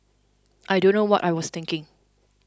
I don't know what I was thinking